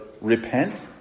repent